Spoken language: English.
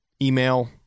email